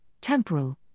temporal